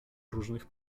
różnych